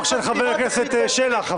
הכנסת את הזמן בין הסיעות, לפי גודלן.